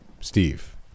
Steve